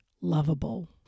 lovable